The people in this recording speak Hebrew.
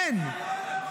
אין.